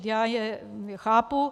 Já je chápu.